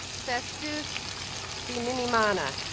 festus bimenyimana,